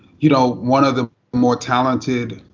you know, one of the more talented,